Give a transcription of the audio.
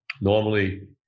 Normally